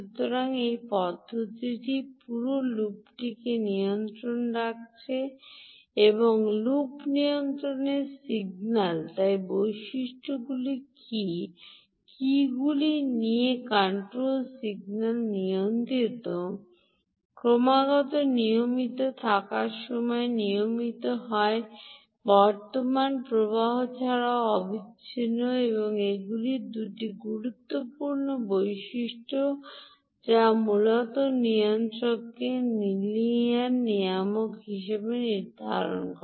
সুতরাং এই পদ্ধতিটি পুরো লুপটিকে নিয়ন্ত্রণে রাখছে একটি লুপ নিয়ন্ত্রণের সিগন্যাল তাই বৈশিষ্ট্যগুলি কী কীগুলি নিয়ন্ত্রণ কন্ট্রোল সিগন্যাল নিয়মিত ক্রমাগত নিয়মিত থাকে সময় নিয়মিত হয় বর্তমান প্রবাহ এছাড়াও অবিচ্ছিন্ন এবং এগুলি 2 টি গুরুত্বপূর্ণ বৈশিষ্ট্য যা মূলত নিয়ন্ত্রককে লিনিয়ার নিয়ামক হিসাবে নির্ধারণ করে